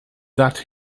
that